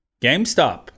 GameStop